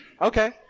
Okay